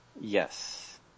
Yes